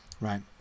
right